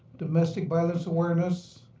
domestic violence awareness,